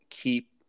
keep